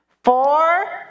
Four